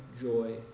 joy